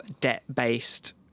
debt-based